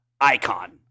icon